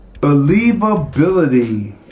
Believability